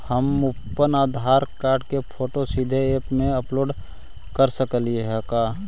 हमनी अप्पन आधार कार्ड के फोटो सीधे ऐप में अपलोड कर सकली हे का?